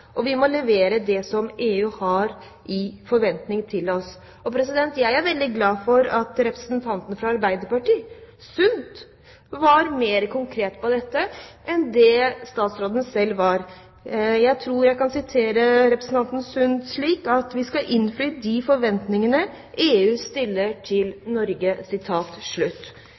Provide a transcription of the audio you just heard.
og vi må levere det som EU forventer av oss. Jeg er veldig glad for at representanten fra Arbeiderpartiet, Eirin Kristin Sund, var mer konkret på dette enn det statsråden selv var. Jeg tror jeg kan sitere representanten Sund slik: Vi skal innfri de forventningene EU stiller til Norge.